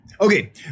Okay